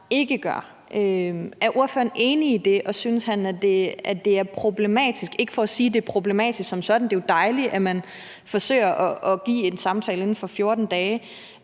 ikke gør. Er ordføreren enig i det? Og synes han, at det er problematisk? Det er ikke for at sige, at det er problematisk som sådan, for det er jo dejligt, at man forsøger at give en samtale inden for 14 dage,